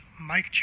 Mike